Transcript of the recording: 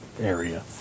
area